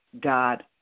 God